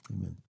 amen